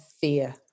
fear